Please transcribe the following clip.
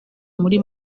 muri